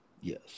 Yes